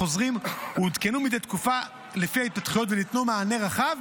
החוזרים עודכנו מדי תקופה לפי ההתפתחויות ונתנו מענה רחב